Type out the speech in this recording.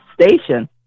Station